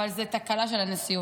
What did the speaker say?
אבל זו תקלה של הנשיאות.